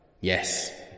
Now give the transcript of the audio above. Yes